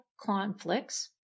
conflicts